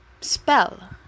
spell